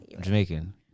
Jamaican